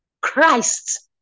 Christ